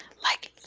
like